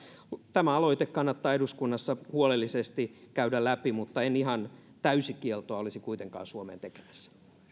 tämä aloite kannattaa eduskunnassa huolellisesti käydä läpi mutta en ihan täyskieltoa olisi kuitenkaan suomeen tekemässä